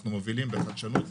אנחנו מובילים בחדשנות,